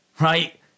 right